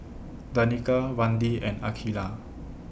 Danika Randi and Akeelah